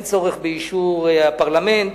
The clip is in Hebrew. אין צורך באישור הפרלמנט,